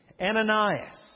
Ananias